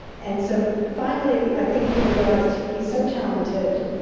and so finally i think people realized he's so talented.